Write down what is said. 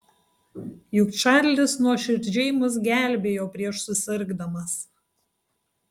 juk čarlis nuoširdžiai mus gelbėjo prieš susirgdamas